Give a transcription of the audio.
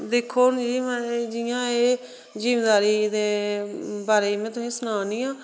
दिक्खो मिगी मतलब जियां एह् जिमीदारी दे बारे च में तुसेंगी सनानी आं